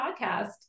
Podcast